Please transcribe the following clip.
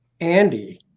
Andy